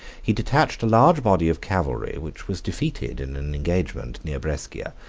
he detached a large body of cavalry which was defeated in an engagement near brescia,